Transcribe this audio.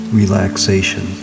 relaxation